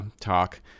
talk